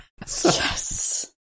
Yes